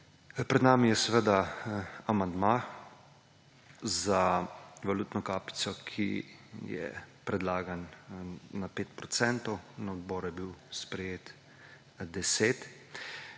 Pred nami je seveda amandma za valutno kapico, ki je predlagan na 5 procentov, na odboru je bil sprejet na